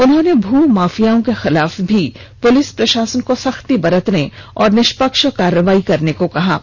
उन्होंने भू माफियाओं के खिलाफ भी पुलिस प्रषासन को सख्ती बरतने और निष्पक्ष कार्रवाई करने को कहा है